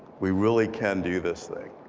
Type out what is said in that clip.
we really can do this thing.